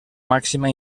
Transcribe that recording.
màxima